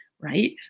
right